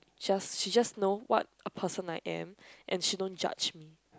just she just know what person I am and she don't judge me